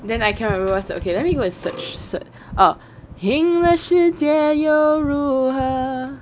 then I cannot remember okay let me go and search ah 赢了世界又如何